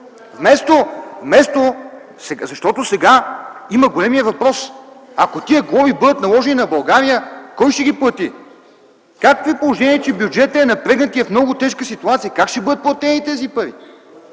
ДИМИТРОВ: Защото сега седи големият въпрос: ако тези глоби бъдат наложени на България кой ще ги плати? Как при положение, че бюджетът е напрегнат и е в много тежка ситуация, как ще бъдат платени тези пари?